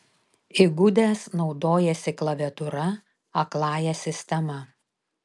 įgudęs naudojasi klaviatūra akląja sistema